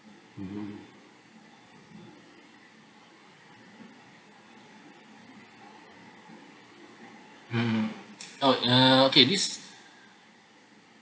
mmhmm hmm oh uh okay this